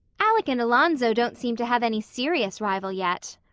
alec and alonzo don't seem to have any serious rival yet,